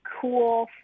cool